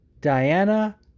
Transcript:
Diana